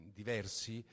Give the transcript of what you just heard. diversi